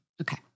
Okay